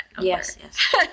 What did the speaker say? Yes